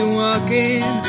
walking